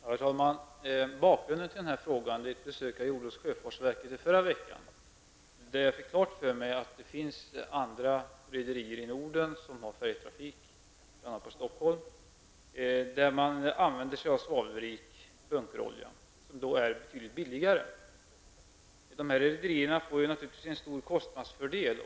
Herr talman! Bakgrunden till den här frågan är ett besök jag gjorde hos sjöfartsverket förra veckan. Jag fick då klart för mig att det finns rederier i Stockholm, och använder sig av svavelrik bunkerolja som är betydligt billigare. Dessa rederier får naturligtvis en stor kostnadsfördel.